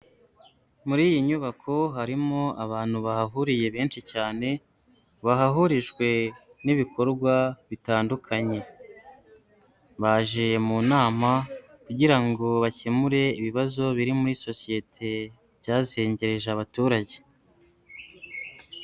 Muri iyi nyubako harimo abantu bahahuriye benshi cyane, bahahurijwe n'ibikorwa bitandukanye, baje mu nama kugira ngo bakemure ibibazo biri muri sosiyete byazengereje abaturage.